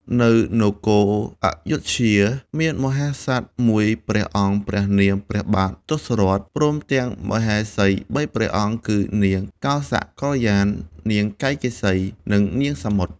នៅនគរព្ធយុធ្យា មានមហាក្សត្រមួយព្រះអង្គព្រះនាមព្រះបាទទសរថព្រមទាំងមហេសី ៣ព្រះអង្គ គឺនាងកោសកល្យាណ នាងកៃកេសី និងនាងសមុទ្រ។